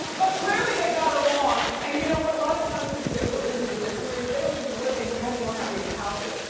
but clearly they got along. and you know what a lot of times people get so busy with their careers they don't even really, and depending on how big his house is.